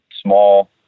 small